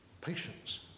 Patience